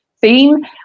theme